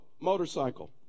motorcycle